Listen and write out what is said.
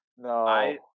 No